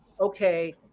okay